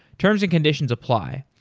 terms and conditions apply.